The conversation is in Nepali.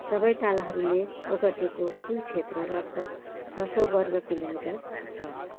सबै तालहरूले ओगटेको कुल क्षेत्र लगभग छ सौ वर्ग किलोमिटर छ